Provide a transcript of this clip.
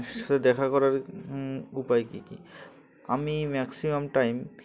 সাথে দেখা করার উপায় কী কী আমি ম্যাক্সিমাম টাইম